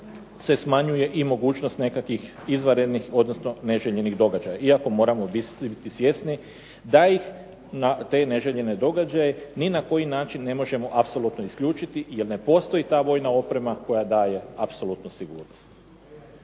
se smanjuje i mogućnost nekakvih izvanrednih, odnosno neželjenih događaja. Iako moramo biti svjesni da ih na te neželjene događaje ni na koji način ne možemo apsolutno isključiti, jer ne postoji ta vojna oprema koja daje apsolutnu sigurnost.